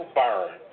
burn